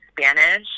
Spanish